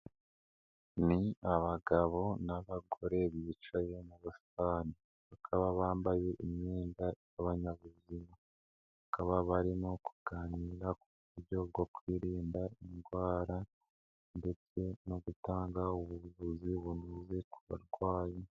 Ni abagabo n'abagore bicaye mu busitani, bakaba bambaye imyenda y'abanyabuziama, bakaba barimo kuganira ku buryo bwo kwirinda indwara ndetse no gutanga ubuvuzi bunoze ku barwayi.